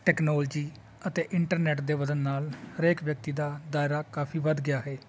technology ਅਤੇ internet ਦੇ ਵਧਣ ਨਾਲ ਹਰੇਕ ਵਿਅਕਤੀ ਦਾ ਦਾਇਰਾ ਕਾਫੀ ਵੱਧ ਗਿਆ ਹੈ